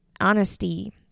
Honesty